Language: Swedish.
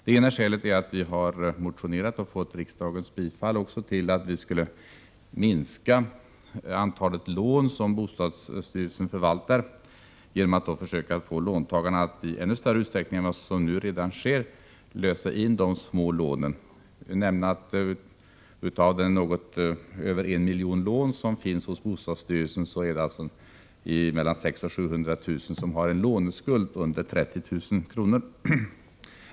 Det ena skälet är att vi har motionerat om och också fått riksdagens bifall till att minska antalet lån som bostadsstyrelsen förvaltar genom att försöka få låntagarna att i ännu större utsträckning än vad som redan nu sker lösa in de små lånen. Jag kan nämna att av det antal lån som finns hos bostadsstyrelsen — det rör sig om något mer än 1 000 000—avser mellan 600 000 och 700 000 en låneskuld under 30 000 kr.